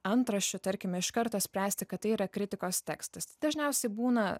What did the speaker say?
antraščių tarkime iš karto spręsti kad tai yra kritikos tekstas dažniausiai būna